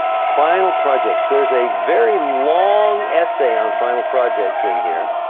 final projects, there's a very long essay on final projects in here